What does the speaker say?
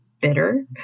bitter